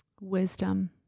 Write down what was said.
wisdom